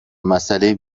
مسئله